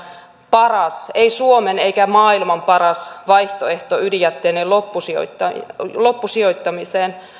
paras ei suomen eikä maailman paras vaihtoehto ydinjätteiden loppusijoittamiseen